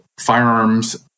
firearms